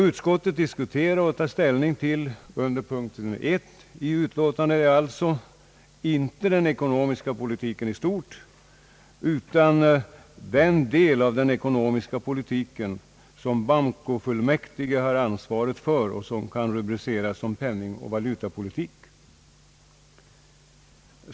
Under punkten 1 i detta utlåtande diskuteras alltså inte den ekonomiska politiken i stort utan den del av denna politik som banko fullmäktige ansvarar för och som kan rubriceras penningoch valutapolitik.